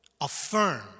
affirm